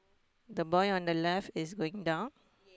the boy on the left is going down